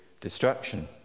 destruction